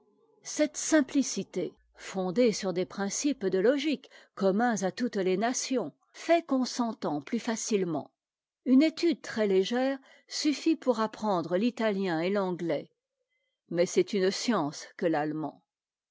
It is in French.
cette simplicité fondée sur des principes de logique communs à toutes les nations fait qu'on s'entend plus facilement une étude très légère suffit pour apprendre l'italien et l'anglais mais c'est une science que l'allemand